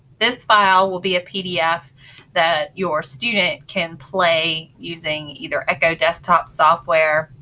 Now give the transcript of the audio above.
this file will be a pdf that your student can play using either echo desktop software,